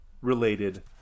related